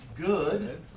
good